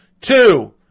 Two